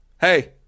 Hey